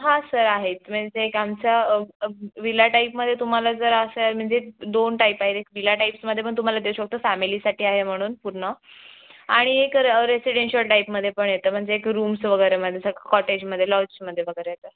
हां सर आहेत म्हणजे ते एक आमचा विला टाईपमध्ये तुम्हाला जर असं आहे म्हणजे दोन टाईप आहेत एक विला टाईपमध्ये पण तुम्हाला छोट्या फॅमेलीसाठी आहे म्हणून पूर्ण आणि एक रं रेसिडेन्शियल टाईपमध्ये पण येतं म्हणजे एक रूम्स वगैरेमध्ये असं कॉटेजमध्ये लॉजमध्ये वगैरे येतं